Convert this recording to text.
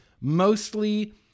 mostly